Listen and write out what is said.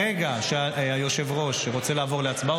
ברגע שהיושב-ראש רוצה לעבור להצבעה,